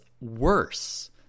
worse